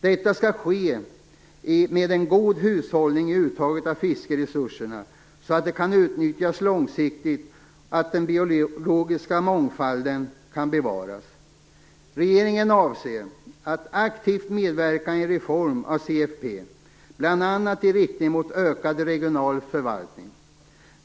Detta skall ske med en god hushållning i uttaget av fiskresurserna så att de kan utnyttjas långsiktigt och så att den biologiska mångfalden bevaras. Regeringen avser att aktivt medverka i en reform av CFP bl.a. i riktning mot ökad regional förvaltning.